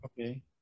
Okay